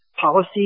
Policy